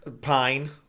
pine